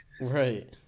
Right